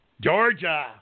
Georgia